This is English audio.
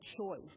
choice